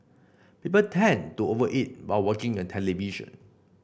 people tend to over eat while watching the television